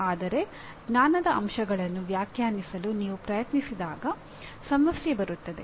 ಆದರೆ ಜ್ಞಾನದ ಅಂಶಗಳನ್ನು ವ್ಯಾಖ್ಯಾನಿಸಲು ನೀವು ಪ್ರಯತ್ನಿಸಿದಾಗ ಸಮಸ್ಯೆ ಬರುತ್ತದೆ